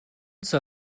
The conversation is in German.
zur